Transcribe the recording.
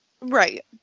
Right